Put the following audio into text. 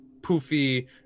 poofy